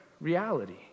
reality